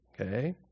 Okay